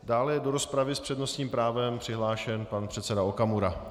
Dále je do rozpravy s přednostním právem přihlášen pan předseda Okamura.